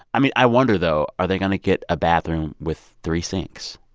i mean, i wonder, though are they going to get a bathroom with three sinks?